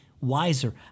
wiser